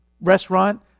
Restaurant